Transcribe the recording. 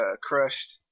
crushed